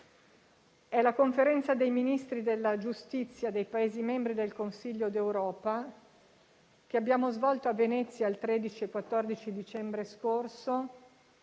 è la Conferenza dei ministri della giustizia dei Paesi membri del Consiglio d'Europa, che abbiamo svolto a Venezia il 13 e 14 dicembre scorso,